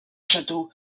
château